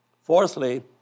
Fourthly